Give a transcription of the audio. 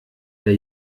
der